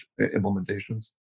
implementations